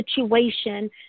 situation